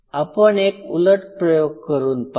आपण एक उलट प्रयोग करून पाहू